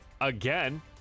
again